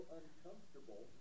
uncomfortable